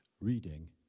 reading